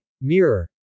Mirror